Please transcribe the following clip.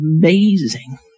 amazing